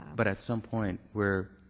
but at some point, we're